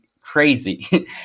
crazy